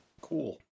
cool